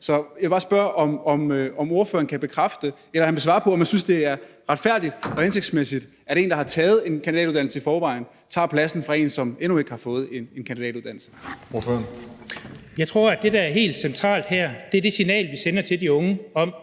Så jeg vil bare høre, om ordføreren vil svare på, om han synes, det er retfærdigt og hensigtsmæssigt, at en, der har taget en kandidatuddannelse, tager pladsen fra en, der endnu ikke har fået en kandidatuddannelse.